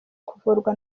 kuvurwa